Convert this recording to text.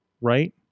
right